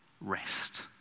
rest